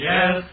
Yes